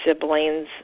siblings